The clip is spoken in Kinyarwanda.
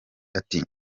ati